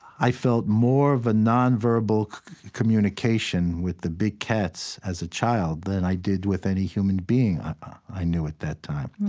felt more of a nonverbal communication with the big cats as a child than i did with any human being i knew at that time.